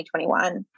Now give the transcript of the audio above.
2021